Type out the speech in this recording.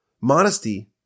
Modesty